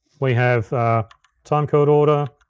we have timecode order,